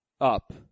up